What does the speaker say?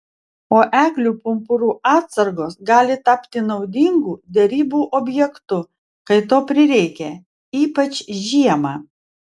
o eglių pumpurų atsargos gali tapti naudingu derybų objektu kai to prireikia ypač žiemą